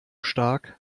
stark